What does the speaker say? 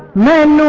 men